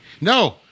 No